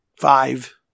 five